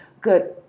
good